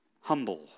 humble